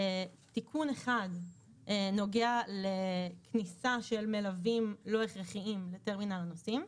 תיקון אחד נוגע לכניסה של מלווים לא הכרחיים לטרמינל הנוסעים.